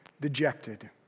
dejected